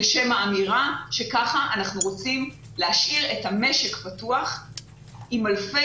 לשם האמירה וכך אנחנו רוצים להשאיר את המשק פתוח עם ענפי